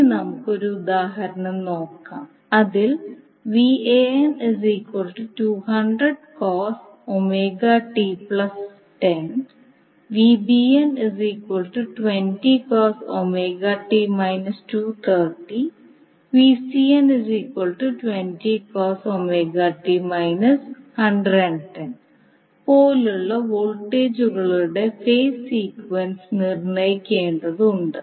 ഇനി നമുക്ക് ഒരു ഉദാഹരണം നോക്കാം അതിൽ പോലുള്ള വോൾട്ടേജുകളുടെ ഫേസ് സീക്വൻസ് നിർണ്ണയിക്കേണ്ടതുണ്ട്